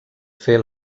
fer